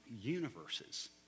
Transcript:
universes